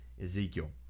Ezekiel